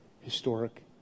historic